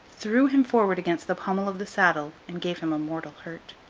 threw him forward against the pommel of the saddle, and gave him a mortal hurt.